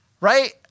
right